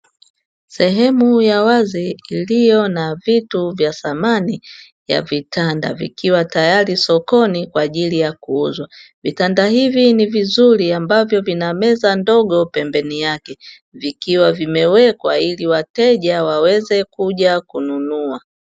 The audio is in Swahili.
Sehemu ya wazi iliyo na vitu vya samani ya vitanda, vikiwa tayari sokoni kwa ajili ya kuuzwa. Vitanda hivi ni vizuri vikiwa na meza ndogo pembeni yake, vikiwa vimewekwa ili wateja waje kununua.